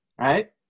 right